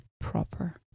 proper